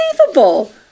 unbelievable